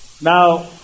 Now